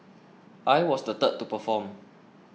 I was the third to perform